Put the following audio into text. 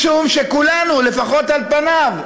משום שכולנו, לפחות על פניו,